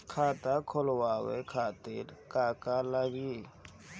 खाता खोलवाए खातिर का का लागी?